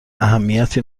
اهمیتی